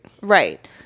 right